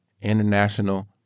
International